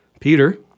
Peter